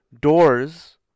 doors